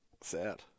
Sad